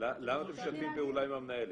למה אתם משתפים פעולה עם המנהלת?